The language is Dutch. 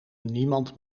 niemand